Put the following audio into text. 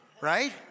right